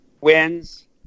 wins